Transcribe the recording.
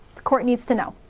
the court needs to know,